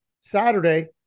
Saturday